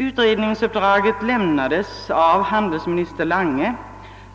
Utredningsuppdraget lämnades av handelsminister Lange,